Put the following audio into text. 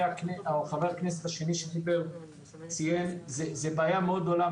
כפי שציינתם, זה בעיה גדולה מאוד.